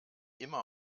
immer